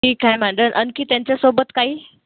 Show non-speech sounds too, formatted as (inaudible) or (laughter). ठीक आहे (unintelligible) आणखी त्यांच्यासोबत काही